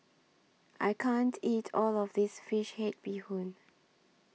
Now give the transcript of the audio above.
I can't eat All of This Fish Head Bee Hoon